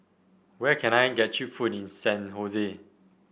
where can I get cheap food in San Jose